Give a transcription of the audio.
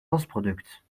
wasproduct